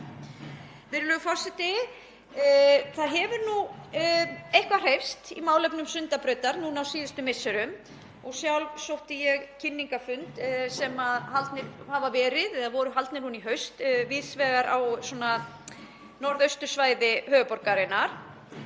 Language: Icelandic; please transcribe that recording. Það hefur nú eitthvað hreyfst í málefnum Sundabrautar á síðustu misserum og sjálf sótti ég kynningarfundi sem voru haldnir núna í haust víðs vegar á norðaustursvæði höfuðborgarinnar.